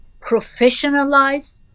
professionalized